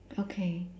okay